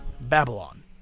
Babylon